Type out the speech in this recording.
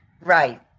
Right